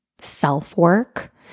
self-work